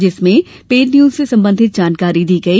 जिसमें paid news से संबंधित जानकारी दी गई